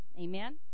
Amen